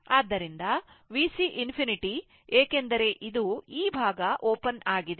ಆದ್ದರಿಂದ Vc ∞ ಏಕೆಂದರೆ ಇದು ಈ ಭಾಗ ಓಪನ್ ಆಗಿದೆ